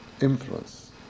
influence